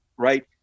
Right